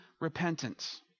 repentance